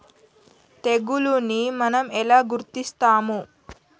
తెగులుని మనం ఎలా గుర్తిస్తాము?